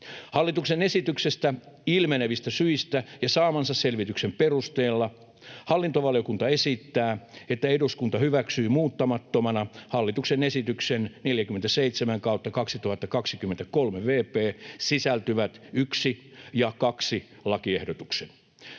Hallituksen esityksestä ilmenevistä syistä ja saamansa selvityksen perusteella hallintovaliokunta esittää, että eduskunta hyväksyy muuttamattomana hallituksen esitykseen 47/2023 vp sisältyvät 1. ja 2. lakiehdotuksen.